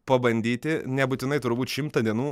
pabandyti nebūtinai turbūt šimtą dienų